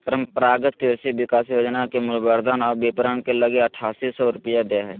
परम्परागत कृषि विकास योजना के मूल्यवर्धन और विपरण लगी आठासी सौ रूपया दे हइ